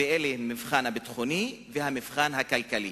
ואלה המבחן הביטחוני והמבחן הכלכלי.